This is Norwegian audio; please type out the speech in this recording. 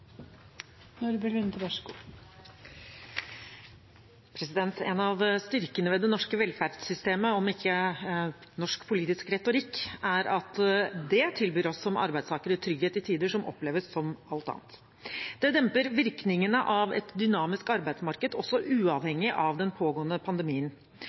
av styrkene ved det norske velferdssystemet, om ikke norsk politisk retorikk, er at det tilbyr oss som arbeidstakere trygghet i tider som oppleves som alt annet. Det demper virkningene av et dynamisk arbeidsmarked også uavhengig av den pågående pandemien.